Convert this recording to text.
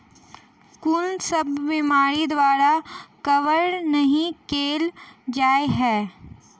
कुन सब बीमारि द्वारा कवर नहि केल जाय है?